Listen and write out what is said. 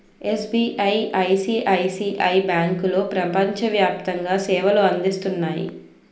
SBI, ICICI బ్యాంకులో ప్రపంచ వ్యాప్తంగా సేవలు అందిస్తున్నాయి